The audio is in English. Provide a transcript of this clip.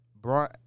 Braun